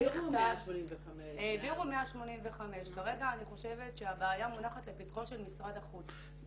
העבירו 185. כרגע אני חושבת שהבעיה מונחת לפתחו של משרד החוץ.